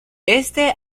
este